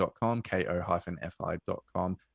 ko-fi.com